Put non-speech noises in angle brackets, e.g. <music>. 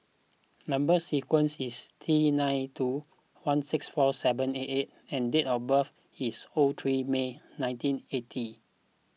Number Sequence is T nine two one six four seven eight <unintelligible> and date of birth is O three May nineteen eighty